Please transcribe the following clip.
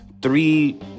Three